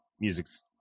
Music's